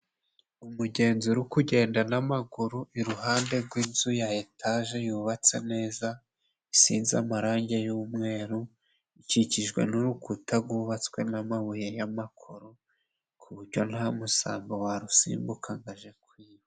Umugenzi uri kugenda n'amaguru iruhande rwinzu ya etaje yubatswe neza. Isize amarangi y'umweru, ikikijwe n'urukuta rwubatswe n'amabuye y'amakoro ku buryo nta musambo warusimbuka ngo aje kwiba.